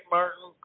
Martin